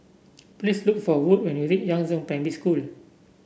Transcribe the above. please look for Wood when you reach Yangzheng Primary School